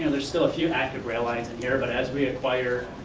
and there's still a few active rail lines in here, but as we acquire,